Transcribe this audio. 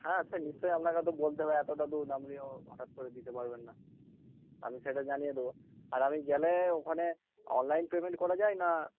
হ্যাঁ সে নিশ্চয় আপনাকে তো বলতে হবে এতটা দুধ আপনিও হঠাৎ করে দিতে পারবেন না আমি সেটা জানিয়ে দেবো আর আমি গেলে ওখানে অনলাইন পেমেন্ট করা যায় না